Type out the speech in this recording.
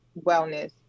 wellness